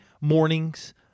mornings